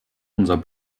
unser